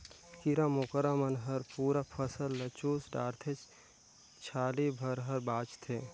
कीरा मकोरा मन हर पूरा फसल ल चुस डारथे छाली भर हर बाचथे